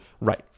right